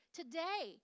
today